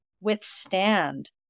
withstand